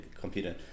computer